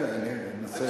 הנה, אני אנסה.